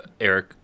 Eric